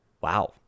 Wow